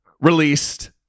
released